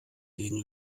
gegen